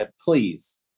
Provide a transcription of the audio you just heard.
Please